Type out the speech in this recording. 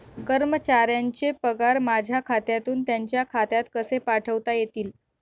कर्मचाऱ्यांचे पगार माझ्या खात्यातून त्यांच्या खात्यात कसे पाठवता येतील?